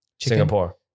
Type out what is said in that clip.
Singapore